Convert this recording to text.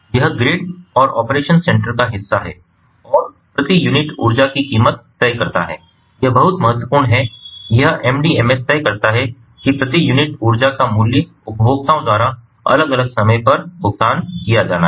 यह ग्रिड और operation centre का हिस्सा है और प्रति यूनिट ऊर्जा की कीमत तय करता है यह बहुत महत्वपूर्ण है यह एमडीएमएस तय करता है कि प्रति यूनिट ऊर्जा का मूल्य उपभोक्ताओं द्वारा अलग अलग समय पर भुगतान किया जाना है